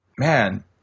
man